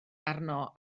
arno